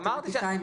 מתמטיקאים,